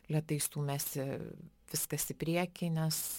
lėtai stūmėsi viskas į priekį nes